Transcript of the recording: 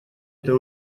этой